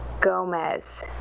Gomez